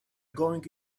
going